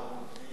יימסר